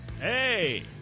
Hey